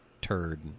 turd